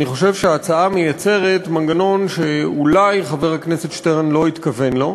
אני חושב שההצעה מייצרת מנגנון שאולי חבר הכנסת שטרן לא התכוון לו,